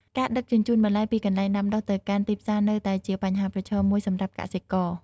ការដឹកជញ្ជូនបន្លែពីកន្លែងដាំដុះទៅកាន់ទីផ្សារនៅតែជាបញ្ហាប្រឈមមួយសម្រាប់កសិករ។